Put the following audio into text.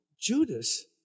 Judas